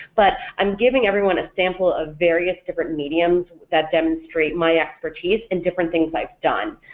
but i'm giving everyone a sample of various different mediums that demonstrate my expertise and different things i've done.